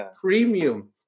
premium